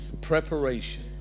preparation